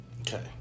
Okay